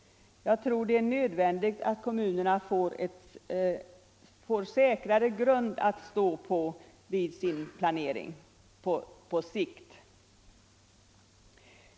Jag tror att det är nödvändigt att kommunerna får en säkrare grund att stå på för sin planering på sikt.